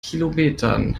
kilometern